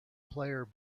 player